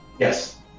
Yes